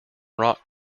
rock